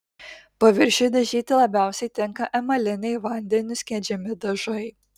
paviršiui dažyti labiausiai tinka emaliniai vandeniu skiedžiami dažai